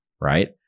right